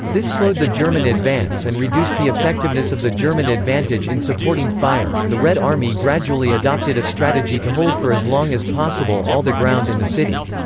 this slowed the german advance and reduced the effectiveness of the german advantage in supporting fire the red army gradually adopted a strategy to hold for as long as possible all the ground in the city.